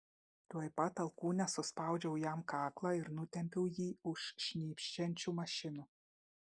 tuoj pat alkūne suspaudžiau jam kaklą ir nutempiau jį už šnypščiančių mašinų